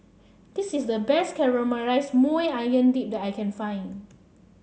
this is the best Caramelized Maui Onion Dip that I can find